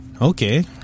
Okay